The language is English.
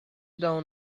down